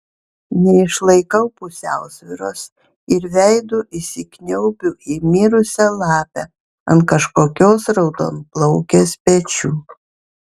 neišlaikau pusiausvyros ir veidu įsikniaubiu į mirusią lapę ant kažkokios raudonplaukės pečių